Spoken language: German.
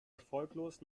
erfolglos